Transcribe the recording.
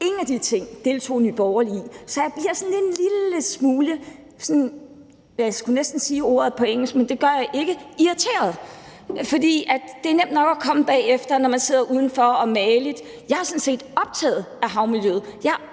Ingen af de ting deltog Nye Borgerlige i. Så jeg bliver sådan en lille smule – jeg skulle næsten sige ordet på engelsk, men det gør jeg ikke – irriteret, for det er nemt nok at komme bagefter, når man sidder mageligt udenfor. Jeg er sådan set optaget af havmiljøet;